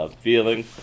feeling